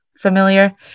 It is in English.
Familiar